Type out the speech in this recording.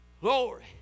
Glory